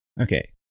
Okay